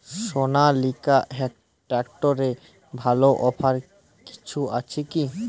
সনালিকা ট্রাক্টরে ভালো অফার কিছু আছে কি?